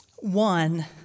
One